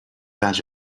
batch